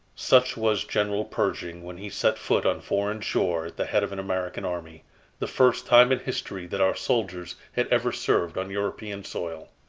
such was general pershing when he set foot on foreign shore at the head of an american army the first time in history that our soldiers had ever served on european soil.